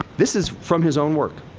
this is from his own work.